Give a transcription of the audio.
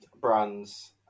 brands